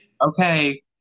okay